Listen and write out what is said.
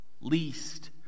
least